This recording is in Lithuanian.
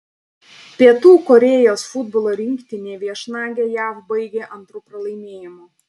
pietų korėjos futbolo rinktinė viešnagę jav baigė antru pralaimėjimu